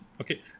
okay